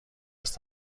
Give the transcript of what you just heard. است